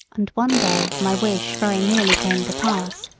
and one day my wish very nearly came to pass.